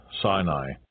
Sinai